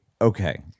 okay